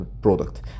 product